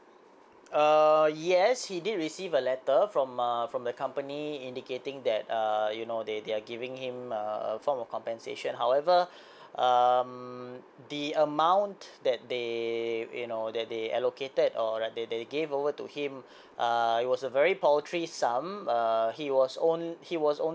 uh yes he did receive a letter from uh from the company indicating that uh you know they they are giving him a a form of compensation however um the amount that they you know that they allocated or that they gave over to him uh it was a very paltry sum err he was only he was only